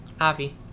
Avi